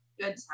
Good